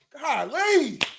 Golly